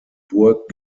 burg